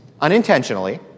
unintentionally